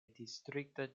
distrikta